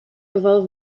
geval